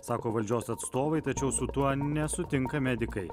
sako valdžios atstovai tačiau su tuo nesutinka medikai